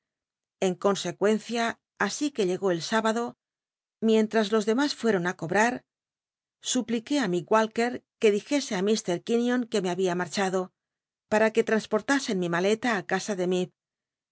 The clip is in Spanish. en consecuencia así qu e llegó el sábado mientl'as los dcmas fueron á cobrar supliqué á mi walker que dijese á llr quin ion que me había marchado para que transportasen mi maleta a casa de